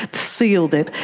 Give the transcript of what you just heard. sealed it,